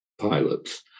pilots